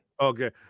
Okay